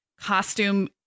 costume